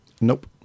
nope